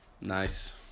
Nice